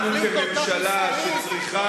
המתנחלים כל כך מסכנים?